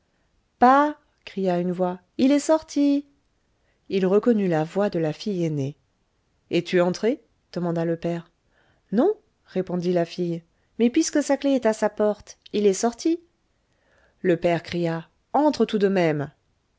cria une voix il est sorti il reconnut la voix de la fille aînée es-tu entrée demanda le père non répondit la fille mais puisque sa clef est à sa porte il est sorti le père cria entre tout de même